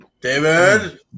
David